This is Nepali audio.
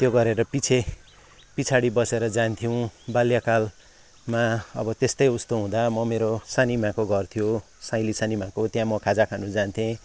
त्यो गरेर पिछे पछाडि बसेर जान्थ्यौँ बाल्यकालमा अब त्यस्तै उस्तो हुँदा म मेरो सानीमाको घर थियो साइँली सानीमाको त्यहाँ म खाजा खानु जान्थेँ